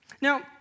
Now